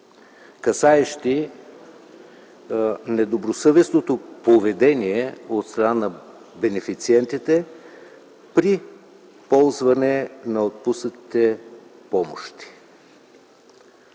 касаещи недобросъвестното поведение от страна на бенефициентите при ползване на отпуснатите помощи.